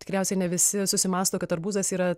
tikriausiai ne visi susimąsto kad arbūzas yra